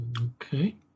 okay